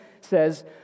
says